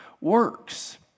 works